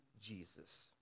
Jesus